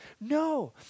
No